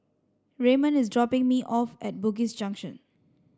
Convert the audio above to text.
Raymond is dropping me off at Bugis Junction